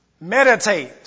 Meditate